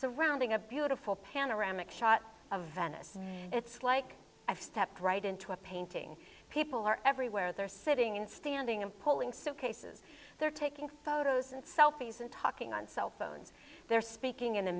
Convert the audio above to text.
so rounding a beautiful panoramic shot of venice it's like i've stepped right into a painting people are everywhere they're sitting and standing and pulling suitcases they're taking photos and selfies and talking on cell phones they're speaking in a